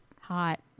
hot